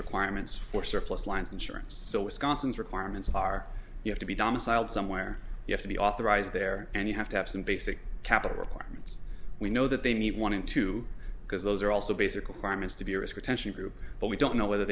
requirements for surplus lines insurance so wisconsin's requirements are you have to be domiciled somewhere you have to be authorized there and you have to have some basic capital requirements we know that they need one and two because those are also basic requirements to be a risk retention group but we don't know whether